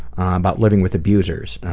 about living with abusers,